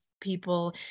people